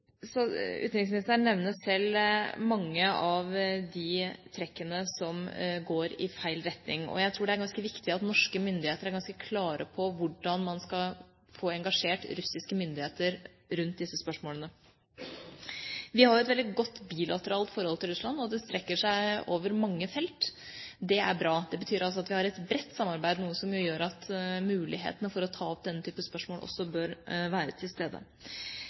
feil retning, og jeg tror det er viktig at norske myndigheter er ganske klare på hvordan man skal få engasjert russiske myndigheter rundt disse spørsmålene. Vi har jo et veldig godt bilateralt forhold til Russland, og det strekker seg over mange felt. Det er bra. Det betyr altså at vi har et bredt samarbeid, noe som gjør at mulighetene for å ta opp denne type spørsmål også bør være til stede.